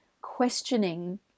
questioning